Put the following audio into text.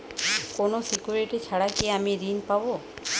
কোনো সিকুরিটি ছাড়া কি আমি ঋণ পাবো?